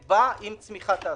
שבאה עם צמיחת העסקים.